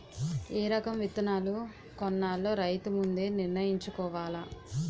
ఏ రకం విత్తనాలు కొనాలో రైతు ముందే నిర్ణయించుకోవాల